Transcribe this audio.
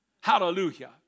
Hallelujah